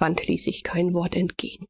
ließ sich kein wort entgehen